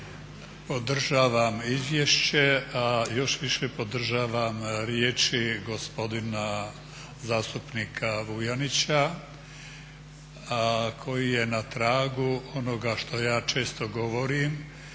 Podržavam izvješće. Još više podržavam riječi gospodina zastupnika Vuljanića koji je na tragu onoga što ja često govorim